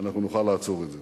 אנחנו נוכל לעצור את זה.